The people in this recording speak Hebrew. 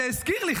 זה הזכיר לי,